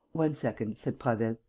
one second, said prasville.